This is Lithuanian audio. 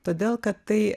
todėl kad tai